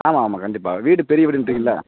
ஆமாம் ஆமாம் கண்டிப்பாக வீடு பெரிய வீடுன்றீங்கள்லே